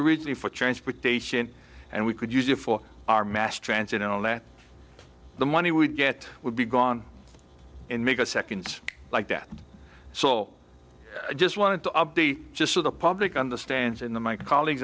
originally for transportation and we could use it for our mass transit and all that the money would get would be gone and make a second like that so i just wanted to be just so the public understands in the my colleagues